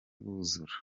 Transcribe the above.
buzura